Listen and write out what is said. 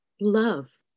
Love